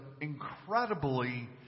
incredibly